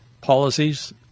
policies